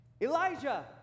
Elijah